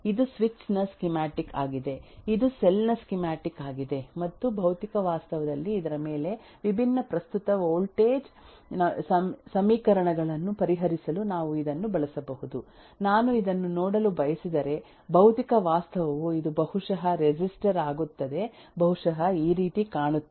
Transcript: ಇದು ಸ್ವಿಚ್ ನ ಸ್ಕೀಮ್ಯಾಟಿಕ್ ಆಗಿದೆ ಇದು ಸೆಲ್ ನ ಸ್ಕೀಮ್ಯಾಟಿಕ್ ಆಗಿದೆ ಮತ್ತು ಭೌತಿಕ ವಾಸ್ತವದಲ್ಲಿ ಇದರ ಮೇಲೆ ವಿಭಿನ್ನ ಪ್ರಸ್ತುತ ವೋಲ್ಟೇಜ್ ಸಮೀಕರಣಗಳನ್ನು ಪರಿಹರಿಸಲು ನಾವು ಇದನ್ನು ಬಳಸಬಹುದು ನಾನು ಇದನ್ನು ನೋಡಲು ಬಯಸಿದರೆ ಭೌತಿಕ ವಾಸ್ತವವು ಇದು ಬಹುಶಃ ರೆಸಿಸ್ಟರ್ ಆಗುತ್ತದೆ ಬಹುಶಃ ಈ ರೀತಿ ಕಾಣುತ್ತದೆ